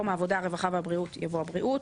הגבלתבמקום "העבודה הרווחה והבריאות" יבוא "הבריאות".